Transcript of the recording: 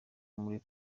muri